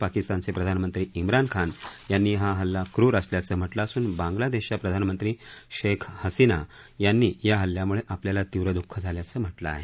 पाकिस्तानचे प्रधानमंत्री इम्रान खान यांनी हा हल्ला क्रुर असल्याचं म्हटलं असून बांगलादेशच्या प्रधानमंत्री शेख हसीना यांनी या हल्ल्याम्ळे आपल्याला तीव्र द्ःख झाल्याचं म्हटलं आहे